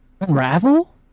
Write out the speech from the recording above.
unravel